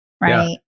Right